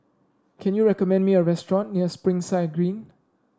can you recommend me a restaurant near Springside Green